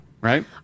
right